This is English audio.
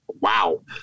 Wow